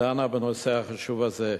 ודנה בנושא החשוב הזה.